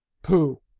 pooh!